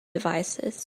devices